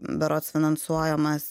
berods finansuojamas